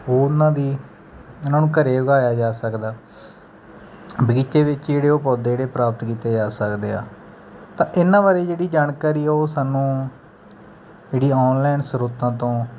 ਉਹ ਉਹਨਾਂ ਦੀ ਉਹਨਾਂ ਨੂੰ ਘਰ ਉਗਾਇਆ ਜਾ ਸਕਦਾ ਬਗੀਚੇ ਵਿੱਚ ਜਿਹੜੇ ਉਹ ਪੌਦੇ ਜਿਹੜੇ ਪ੍ਰਾਪਤ ਕੀਤੇ ਜਾ ਸਕਦੇ ਆ ਤਾਂ ਇਹਨਾਂ ਬਾਰੇ ਜਿਹੜੀ ਜਾਣਕਾਰੀ ਉਹ ਸਾਨੂੰ ਜਿਹੜੀ ਔਨਲਾਈਨ ਸਰੋਤਾਂ ਤੋਂ